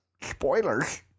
Spoilers